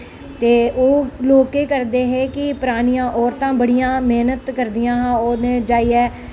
ते ओह् लोग केह् करदे हे कि परानियां औरतां बड़ियां मेह्नत करदियां हियां ओह् उ'नें जाइयै